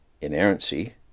inerrancy